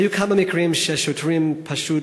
היו כמה מקרים ששוטרים פשוט